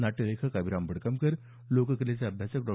नाट्य लेखक अभिराम भडकमकर लोककलेचे अभ्यासक डॉ